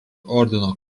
ordino